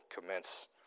commence